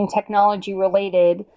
technology-related